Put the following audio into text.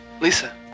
Lisa